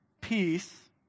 peace